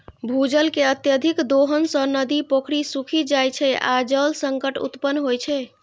भूजल के अत्यधिक दोहन सं नदी, पोखरि सूखि जाइ छै आ जल संकट उत्पन्न होइ छै